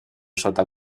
sota